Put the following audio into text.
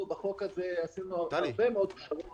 אנחנו בחוק הזה עשינו הרבה מאוד פשרות